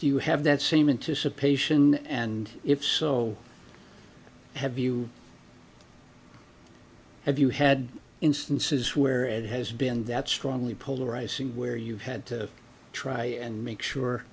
do you have that same into suppression and if so have you have you had instances where it has been that strongly polarizing where you had to try and make sure